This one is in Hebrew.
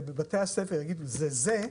ובבתי הספר יידעו מה זה,